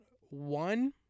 one